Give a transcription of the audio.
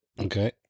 Okay